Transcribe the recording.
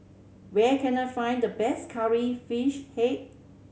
where can I find the best Curry Fish Head